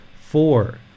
Four